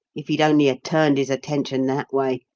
if he'd only a-turned his attention that way,